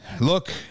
Look